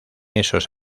esos